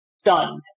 stunned